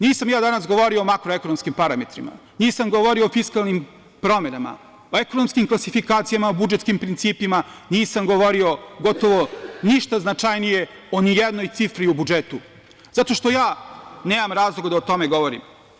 Nisam ja danas govorio o makroekonomskim parametrima, nisam govorio o fiskalnim promenama, o ekonomskim klasifikacijama, o budžetskim principima, nisam govorio gotovo ništa značajnije o ni jednoj cifri u budžetu, zato što ja nemam razloga da o tome govorim.